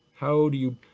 how do you,